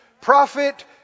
prophet